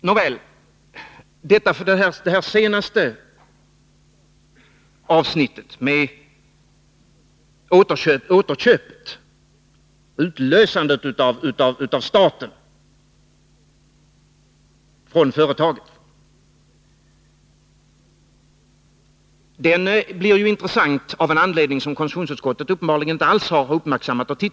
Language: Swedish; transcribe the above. Nåväl, det här senaste avsnittet med utlösandet av staten från företaget blir intressant av en anledning som konstitutionsutskottet uppenbarligen inte alls har uppmärksammat.